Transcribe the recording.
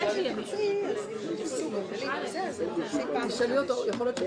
רגע, אני אתן לכם